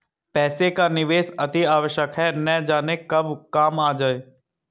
पैसे का निवेश अतिआवश्यक है, न जाने कब काम आ जाए